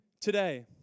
today